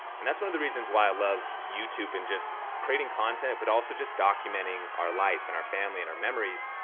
and that's one of the reasons why i love youtube and just creating content, but also just documenting our life and our family and our memories,